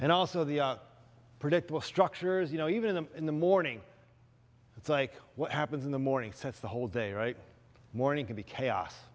and also the predictable structures you know even them in the morning it's like what happens in the morning sets the whole day right morning can be chaos